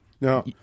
Now